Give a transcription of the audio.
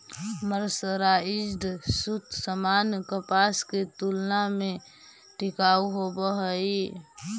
mercerised सूत सामान्य कपास के तुलना में टिकाऊ होवऽ हई